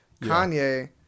Kanye